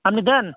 আপনি দেন